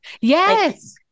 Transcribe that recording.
Yes